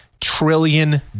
trillion